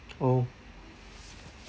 oh